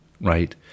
right